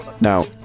Now